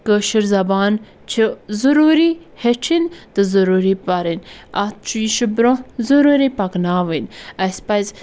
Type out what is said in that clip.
کٲشٕر زَبان چھِ ضٔروٗری ہیٚچھِن تہٕ ضٔروٗری پَرٕنۍ اَتھ چھُ یہِ چھُ برٛونٛہہ ضٔروٗری پَکناوٕنۍ اَسہِ پَزِ